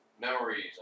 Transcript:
Memories